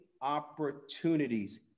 opportunities